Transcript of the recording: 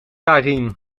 karien